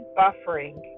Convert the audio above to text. buffering